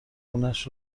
خونش